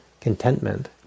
contentment